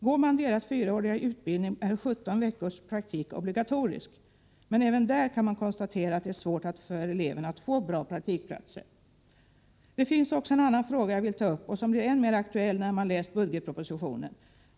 Går man deras fyraåriga utbildning är 17 veckors praktik obligatorisk. Men även där har man konstaterat att det är svårt för eleverna att få bra praktikplatser. Det är också en annan fråga jag vill ta upp — den blir än mer aktuell när man läst budgetpropositionen.